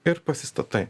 ir pasistatai